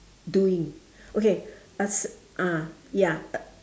doing okay as ah ya